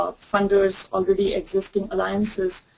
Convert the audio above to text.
ah funders already exist in alliances.